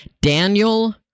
Daniel